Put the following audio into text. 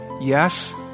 Yes